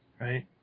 right